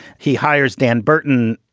he hires dan burton,